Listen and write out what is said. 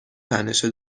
تنشه